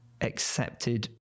accepted